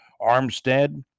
Armstead